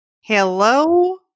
Hello